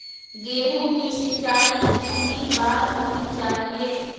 गेहु की सिंचाई कितनी बार होनी चाहिए?